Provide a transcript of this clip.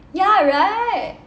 ya right